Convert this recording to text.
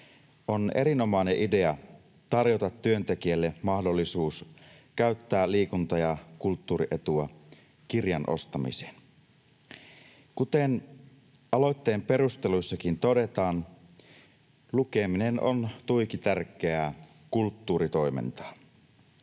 On erinomainen idea tarjota työntekijälle mahdollisuus käyttää liikunta‑ ja kulttuurietua kirjan ostamiseen. Kuten aloitteen perusteluissakin todetaan, lukeminen on tuiki tärkeää kulttuuritoimintaa.